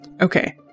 Okay